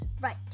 right